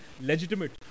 legitimate